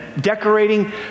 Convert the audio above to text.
Decorating